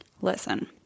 Listen